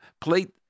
Plate